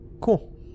Cool